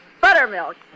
Buttermilk